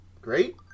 great